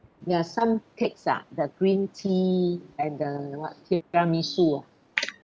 you have some cakes ah the green tea and the what tiramisu ah